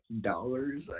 dollars